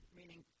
meaning